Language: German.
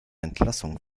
entlassung